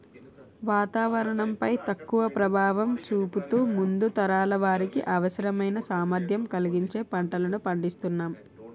వాతావరణం పై తక్కువ ప్రభావం చూపుతూ ముందు తరాల వారికి అవసరమైన సామర్థ్యం కలిగించే పంటలను పండిస్తునాం